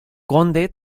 conde